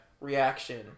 Reaction